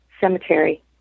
cemetery